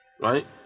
right